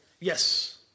Yes